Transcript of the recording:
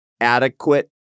adequate